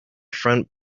front